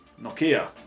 Nokia